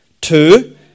two